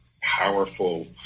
powerful